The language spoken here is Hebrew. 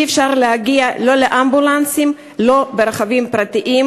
אי-אפשר להגיע אליו לא באמבולנסים ולא ברכבים פרטיים.